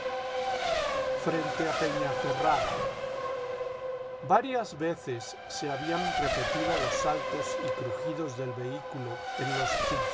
frente a pen acerrad a varias veces se habían repetido los saltos y crujidos del vehículo en los